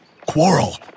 Quarrel